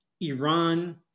Iran